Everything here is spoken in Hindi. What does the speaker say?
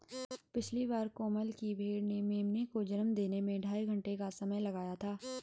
पिछली बार कोमल की भेड़ ने मेमने को जन्म देने में ढाई घंटे का समय लगाया था